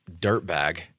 dirtbag